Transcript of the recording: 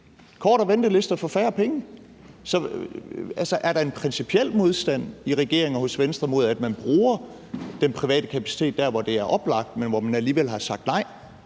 kortere ventelister for færre penge. Så er der en principiel modstand i regeringen og hos Venstre mod, at man bruger den private kapacitet dér, hvor det er oplagt, men hvor man alligevel har sagt nej?